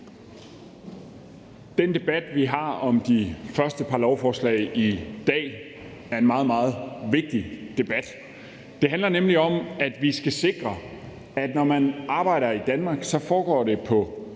Den debat, vi har om de første par lovforslag i dag, er en meget, meget vigtig debat. Det handler nemlig om, at vi skal sikre, at når man arbejder i Danmark, foregår det på